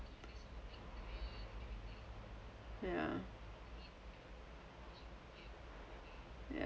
ya ya